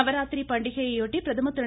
நவராத்திரி பண்டிகையையொட்டி பிரதமர் திரு